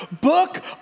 book